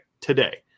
today